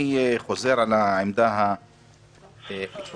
אני חוזר על העמדה העקרונית.